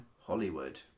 Hollywood